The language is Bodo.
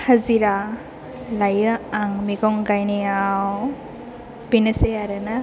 हाजिरा लायो आं मैगं गायनायाव बेनोसै आरोना